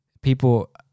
people